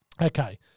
Okay